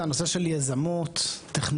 זה הנושא של יזמות טכנולוגית,